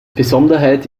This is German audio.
besonderheit